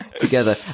together